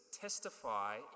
testify